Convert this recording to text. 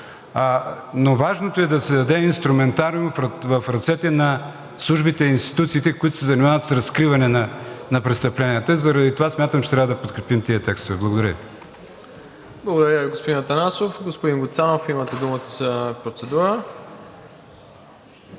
Но важното е да се даде инструментариум в ръцете на службите и институциите, които се занимават с разкриване на престъпленията. Заради това смятам, че трябва да подкрепим тези текстове. Благодаря Ви. ПРЕДСЕДАТЕЛ МИРОСЛАВ ИВАНОВ: Благодаря Ви, господин Атанасов. Господин Гуцанов, имате думата за процедура.